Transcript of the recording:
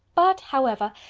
but, however,